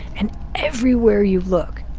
and everywhere you look,